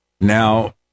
now